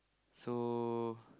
so